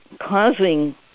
causing